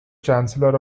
chancellor